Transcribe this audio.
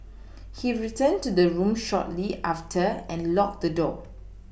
he returned to the room shortly after and locked the door